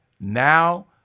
now